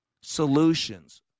solutions